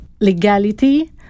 legality